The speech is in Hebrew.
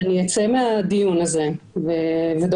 אצא מן הדיון הזה ואבדוק.